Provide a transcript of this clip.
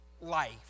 life